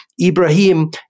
Ibrahim